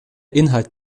inhalt